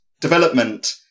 development